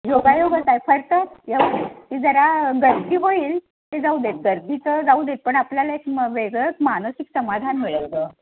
योगायोगाच आहे फक्त जरा गर्दी होईल ते जाऊ देत गर्दीचं जाऊ देत पण आपल्याला एक म वेगळंच मानसिक समाधान मिळेल ग